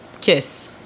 Kiss